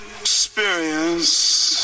experience